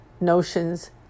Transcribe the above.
notions